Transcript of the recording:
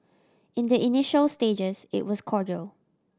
in the initial stages it was cordial